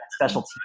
specialty